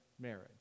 marriage